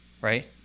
right